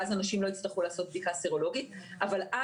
ואז אנשים לא יצטרכו לעשות בדיקה סרולוגית.